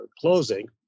closing